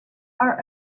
are